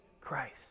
Christ